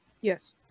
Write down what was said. Yes